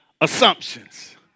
assumptions